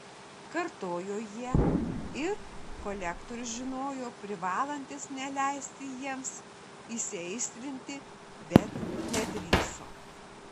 kartojo jie ir kolektorius žinojo privalantis neleisti jiems įsiaistrinti bet nedrįso